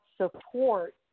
support